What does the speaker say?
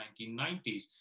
1990s